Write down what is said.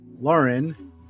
lauren